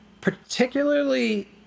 particularly